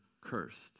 cursed